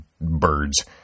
birds